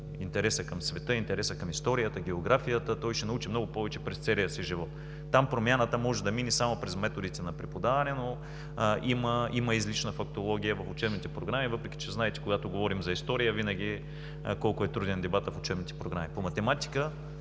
интереса към света, интереса към историята, географията, той ще научи много повече през целия си живот. Там промяната може да мине само през методите на преподаване, но има излишна фактология в учебните програми, въпреки че, знаете, когато говорим за история, винаги колко е труден дебатът в учебните програми. По математика